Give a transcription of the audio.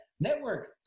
Network